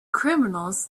criminals